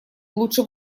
лучше